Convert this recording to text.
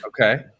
Okay